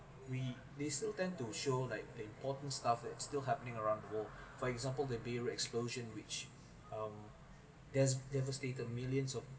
we they still tend to show like the important stuff that's still happening around the world for example the beirut explosion which um des~ devastated millions of